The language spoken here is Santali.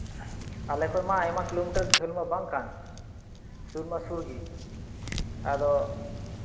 ᱟᱞᱮ ᱠᱷᱚᱱ ᱢᱟ ᱟᱭᱢᱟ ᱠᱤᱞᱳᱢᱤᱴᱟᱨ ᱡᱷᱟᱹᱞ ᱢᱟ ᱵᱟᱝ ᱠᱟᱱ ᱥᱩᱨ ᱢᱟ ᱥᱩᱨ ᱜᱮ ᱟᱫᱚ